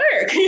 work